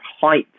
height